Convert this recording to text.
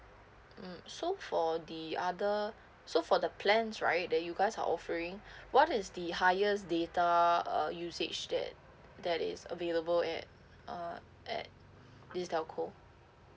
mm so for the other so for the plan right that you guys are offering what is the highest data uh usage that that is available at uh at this telco